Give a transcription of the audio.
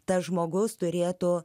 tas žmogus turėtų